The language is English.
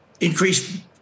increased